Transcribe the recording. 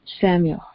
Samuel